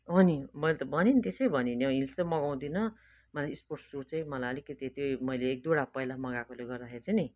नि मैले त भने नि त्यसै भने नि हिल्स चाहिँ मगाउँदिन मलाई स्पोर्ट सू चाहिँ मलाई अलिकति त्यही मैले एक दुईवटा पहिला पनि मगाएकोले गर्दाखेरि चाहिँ नि